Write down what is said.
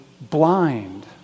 blind